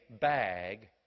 bag